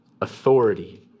authority